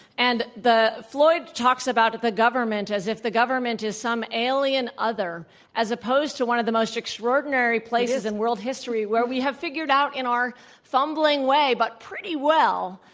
and floyd talks about the government as if the government is some alien other as opposed to one of the most extraordinary places in world history where we have figured out, in our fumbling way, but pretty well,